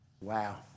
Wow